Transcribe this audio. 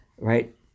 right